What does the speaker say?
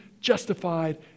justified